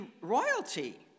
royalty